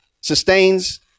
Sustains